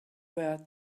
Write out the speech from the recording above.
were